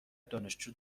دانشجو